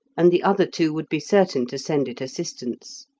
and the other two would be certain to send it assistance.